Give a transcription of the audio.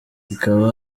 ikaba